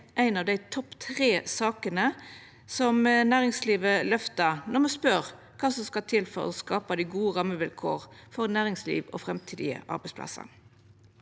ein av dei topp tre sakene som næringslivet løftar når me spør kva som skal til for å skapa gode rammevilkår for næringslivet og for framtidige arbeidsplassar.